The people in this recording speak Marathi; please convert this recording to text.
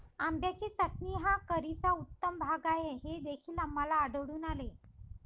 आंब्याची चटणी हा करीचा उत्तम भाग आहे हे देखील आम्हाला आढळून आले